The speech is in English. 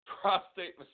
prostate